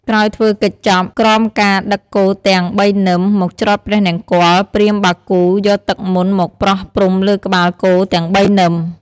ក្រោយធ្វើកិច្ចចប់ ក្រមការដឹកគោទាំង ៣នឹម មកច្រត់ព្រះនង្គ័ល ព្រាហ្មណ៍បាគូ យកទឹកមន្តមកប្រស់ព្រំលើក្បាលគោទាំង៣នឹម។